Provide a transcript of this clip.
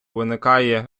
виникає